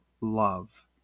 love